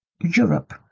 Europe